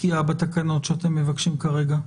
פקיעה בתקנות שאתם מבקשים כרגע?